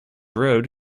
road